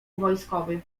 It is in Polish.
wojskowy